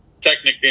technically